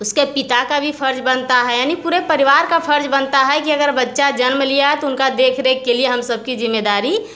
उसके पिता का भी फर्ज़ बनता है यानि पूरे परिवार का फर्ज़ बनता है कि अगर बच्चा जन्म लिया तो उनका देख रेख के लिए हम सबकी जिम्मेदारी